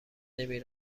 نمی